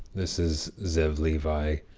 this is zev levi,